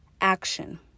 action